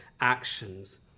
actions